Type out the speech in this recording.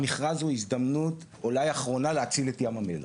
המכרז הוא הזדמנות אולי אחרונה להציל את ים המלח,